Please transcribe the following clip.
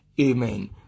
Amen